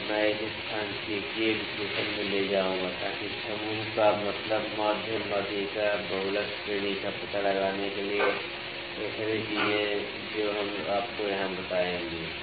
और मैं इसे सांख्यिकीय विश्लेषण में ले जाऊंगा ताकि समूह का मतलब माध्य माध्यिका बहुलक श्रेणी का पता लगाने के लिए वे सभी चीजें जो हम आपको वहां बताएंगे